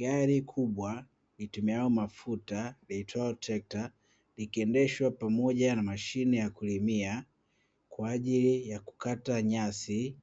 Gari kubwa litumialo mafuta liitwalo trekta, likiendeshwa pamoja na mashine ya kulimia kwa ajili ya kukata nyasi